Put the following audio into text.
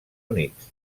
units